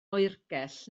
oergell